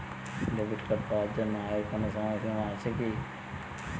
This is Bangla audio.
ডেবিট কার্ড পাওয়ার জন্য আয়ের কোনো সীমা আছে কি?